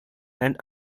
and